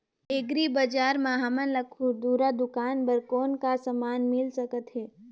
Agri बजार म हमन ला खुरदुरा दुकान बर कौन का समान मिल सकत हे?